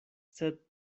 sed